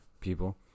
people